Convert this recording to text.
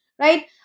Right